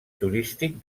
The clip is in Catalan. turístic